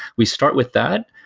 we start with that,